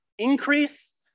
Increase